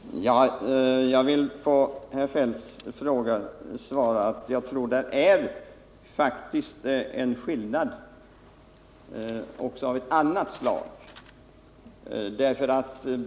Herr talman! Jag vill på herr Feldts fråga svara att jag faktiskt tror det är en skillnad av ett annat slag också.